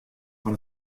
fan